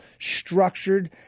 structured